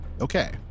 Okay